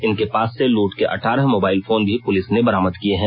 इनके पास से लूट के अठारह मोबाइल फोन भी पुलिस ने बरामद किए हैं